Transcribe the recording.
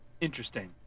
interesting